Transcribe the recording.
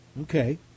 Okay